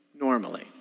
normally